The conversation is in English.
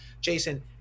Jason